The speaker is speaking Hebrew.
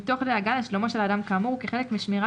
מתוך דאגה לשלומו של אדם כאמור וכחלק משמירה